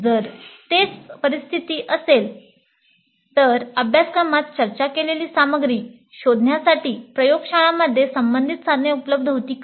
जर तेच परिस्थिती असेल तर "अभ्यासक्रमात चर्चा केलेली सामग्री शोधण्यासाठी प्रयोगशाळांमध्ये संबंधित साधने उपलब्ध होती का